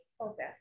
Okay